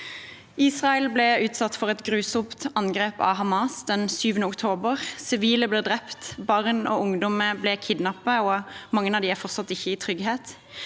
Israel ble utsatt for et grusomt angrep av Hamas den 7. oktober. Sivile ble drept, barn og ungdom ble kidnappet, og mange av dem er fortsatt ikke kommet i trygghet.